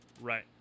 right